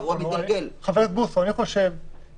אני רוצה